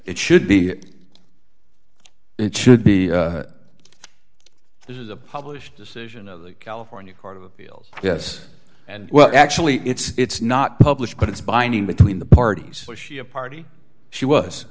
t should be it should be this is a published decision of the california court of appeals yes and well actually it's not published but it's binding between the parties are she a party she was